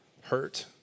hurt